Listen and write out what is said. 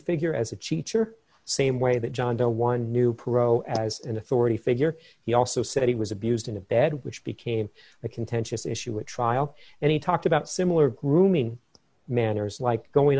figure as a cheech or same way that john doe one knew perot as an authority figure he also said he was abused in a bed which became a contentious issue at trial and he talked about similar grooming manners like going